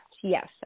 Yes